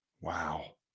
Wow